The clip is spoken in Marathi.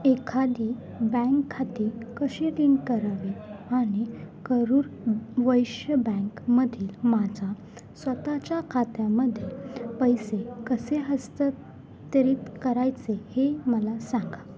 एखादी बँक खाते कसे लिंक करावे आणि करूर वैश्य बँक मधील माझा स्वतःच्या खात्यामध्ये पैसे कसे हस्तांतरित करायचे हे मला सांगा